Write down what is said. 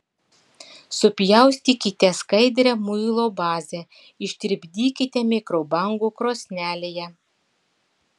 supjaustykite skaidrią muilo bazę ištirpdykite mikrobangų krosnelėje